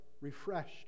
refreshed